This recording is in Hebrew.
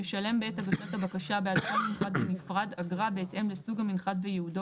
ישלם בעת הגשת הבקשה בעד כל מנחת בנפרד אגרה בהתאם לסוג המנחת וייעודו,